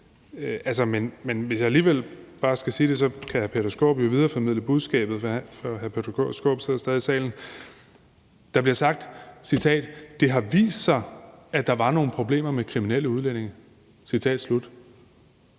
Men hvis jeg alligevel bare skal sige det, og så kan hr. Peter Skaarup jo videreformidle budskabet, for hr. Peter Skaarup sidder stadig i salen, bliver der sagt: Det har vist sig, at der var nogle problemer med kriminelle udlændinge. Viste